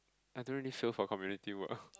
I don't really show for community work